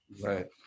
Right